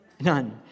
None